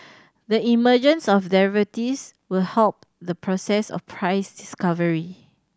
the emergence of derivatives will help the process of price discovery